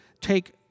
take